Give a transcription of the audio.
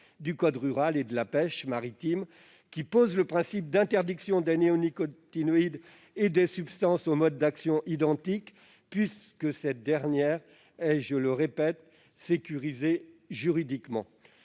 du code rural et de la pêche maritime, qui pose le principe de l'interdiction des néonicotinoïdes et des substances aux modes d'action identiques, puisque celle-ci est, je le répète, sécurisée juridiquement.